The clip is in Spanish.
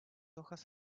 hojas